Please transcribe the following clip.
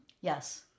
Yes